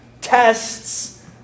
Tests